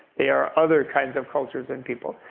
they are other kinds of cultures and people.